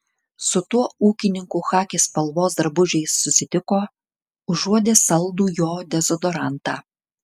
su tuo ūkininku chaki spalvos drabužiais susitiko užuodė saldų jo dezodorantą